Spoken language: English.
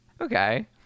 Okay